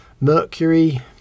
Mercury